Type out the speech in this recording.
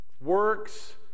works